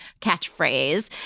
catchphrase